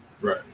Right